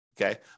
Okay